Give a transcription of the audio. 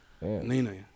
Nina